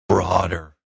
broader